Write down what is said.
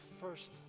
first